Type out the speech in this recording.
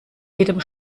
jedem